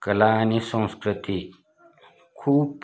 कला आणि संस्कृती खूप